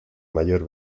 mayor